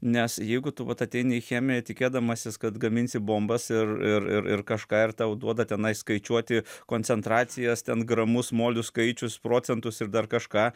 nes jeigu tu vat ateini į chemiją tikėdamasis kad gaminsim bombas ir ir ir kažką ir tau duoda tenai skaičiuoti koncentracijas ten gramus molius skaičius procentus ir dar kažką